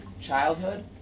childhood